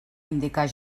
indicar